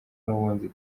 n’ubundi